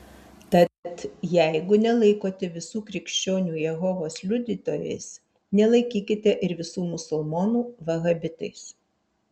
tad jeigu nelaikote visų krikščionių jehovos liudytojais nelaikykite ir visų musulmonų vahabitais